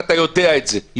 אתה יודע את זה,